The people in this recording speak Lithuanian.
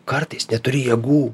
kartais neturi jėgų